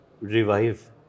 revive